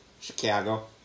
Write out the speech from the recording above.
Chicago